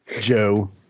Joe